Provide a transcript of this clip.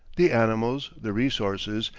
the animals, the resources,